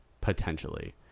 potentially